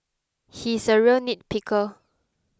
he is a real nitpicker